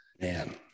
Man